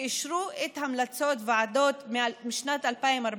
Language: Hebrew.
שאישרו את ההמלצות של הוועדות משנת 2014,